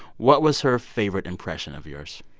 what was her favorite impression of yours?